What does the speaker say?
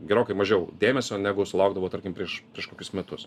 gerokai mažiau dėmesio negu sulaukdavo tarkim prieš kokius metus